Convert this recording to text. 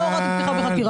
לא אישרתם פתיחת חקירה,